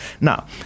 Now